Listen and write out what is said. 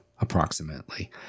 approximately